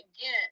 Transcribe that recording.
again